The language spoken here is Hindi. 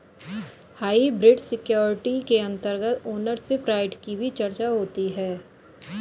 हाइब्रिड सिक्योरिटी के अंतर्गत ओनरशिप राइट की भी चर्चा होती है